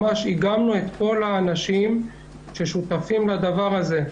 ממש איגמנו את כל האנשים ששותפים לדבר הזה.